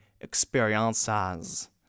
experiences